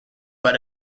but